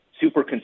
super